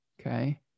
okay